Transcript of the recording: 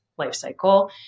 lifecycle